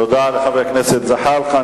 תודה לחבר הכנסת זחאלקה.